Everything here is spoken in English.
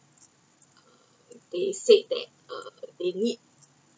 uh they said that uh they need